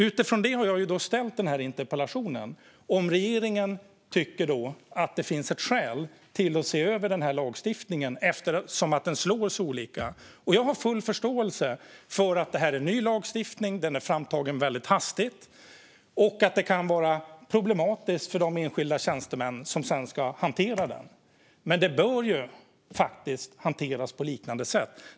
Utifrån det har jag ställt interpellationen om regeringen tycker att det finns skäl att se över lagstiftningen, eftersom den slår så olika. Jag har full förståelse för att det är ny lagstiftning, för att den är framtagen hastigt och för att det kan vara problematiskt för de enskilda tjänstemän som sedan ska hantera den. Men det bör faktiskt hanteras på liknande sätt.